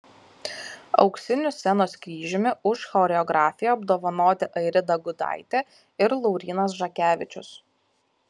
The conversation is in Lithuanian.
auksiniu scenos kryžiumi už choreografiją apdovanoti airida gudaitė ir laurynas žakevičius